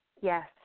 Yes